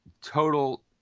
total